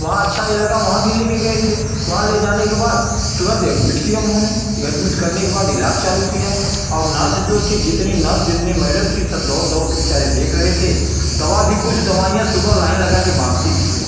वहाँ अच्छा यह लगा वहाँ भी लेकर गए थे वहाँ ले जाने के बाद तुरंत एडमिट किया उन्होंने एडमिट करने के बाद इलाज चालू किया और नर्स जो थी जितनी नर्स जितनी मैडम थी सब दौड़ दौड़कर बेचारे देख रहे थे दवा भी कुछ दवाइयाँ सुबह लाइन लगाकर बाँटती थी वह